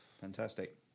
fantastic